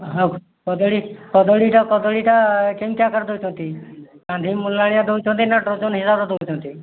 ହଉ କଦଳୀ କଦଳୀଟା କଦଳୀଟା କେମିତିକା ଆକାର ଦେଉଛନ୍ତି କାନ୍ଧି ମୁଲାଣିଆ ଦେଉଛନ୍ତି ନା ଡର୍ଜନ୍ ହିସାବରେ ଦେଉଛନ୍ତି